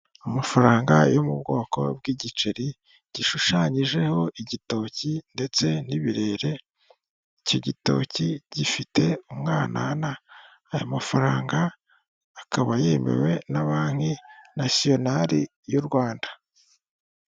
Amafaranga yo mu bwoko bw'igiceri gishushanyijeho igitoki ndetse n'ibirere, icyo gitoki gifite umwanana, aya mafaranga akaba yemewe na banki nasiyonari y'u Rwanda.